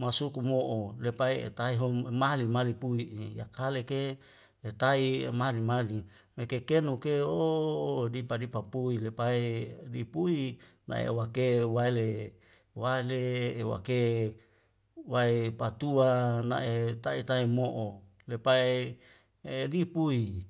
masuku mo'o lepai eltai hom emahli mahli pung ni iyakale ke yatai mari madi me kekenu uke ooooo dipa dipa pui lebai dipui laya wakel wale wale iwake wae patua na'e tanya tanya mo'o lepai lipoli